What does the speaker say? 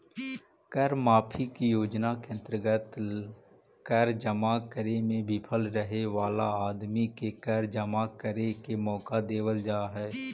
कर माफी के योजना के अंतर्गत कर जमा करे में विफल रहे वाला आदमी के कर जमा करे के मौका देवल जा हई